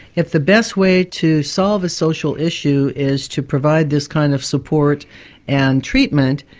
if the best way to solve a social issue is to provide this kind of support and treatment,